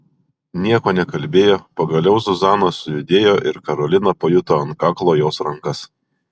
nieko nekalbėjo pagaliau zuzana sujudėjo ir karolina pajuto ant kaklo jos rankas